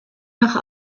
nach